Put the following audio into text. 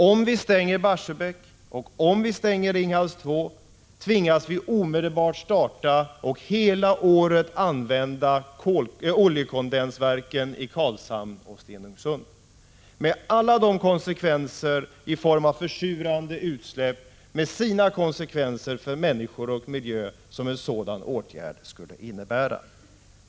Om vi stänger Barsebäck och om vi stänger Ringhals 2 tvingas vi omedelbart starta och hela året använda oljekondensverken i Karlshamn och Stenungsund med alla de konsekvenser i form av försurande utsläpp — med sina följder för människor och miljö — som en sådan åtgärd skulle innebära.